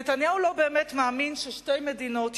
נתניהו לא באמת מאמין ששתי מדינות,